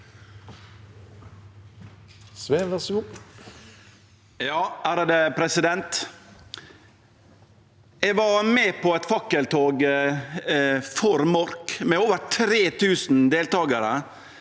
Eg var med på eit fakkeltog for Mork, med over 3 000 deltakarar.